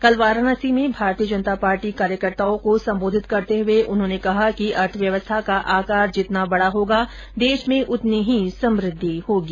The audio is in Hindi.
कल वाराणसी में भारतीय जनता पार्टी कार्यकर्ताओं को संबोधित करते हुए उन्होंने कहा कि अर्थव्यवस्था का आकार जितना बड़ा होगा देश में उतनी ही समृद्धि होगी